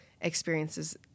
experiences